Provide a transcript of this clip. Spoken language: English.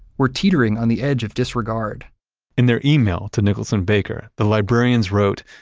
were teetering on the edge of disregard in their email to nicholson baker, the librarians wrote,